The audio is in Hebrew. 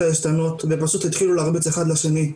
העשתונות ופשוט התחילו להרביץ אחד לשני,